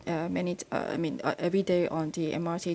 uh many uh I mean uh every day on the M_R_T